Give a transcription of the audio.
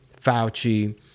Fauci